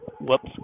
Whoops